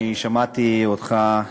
אני שמעתי אותך,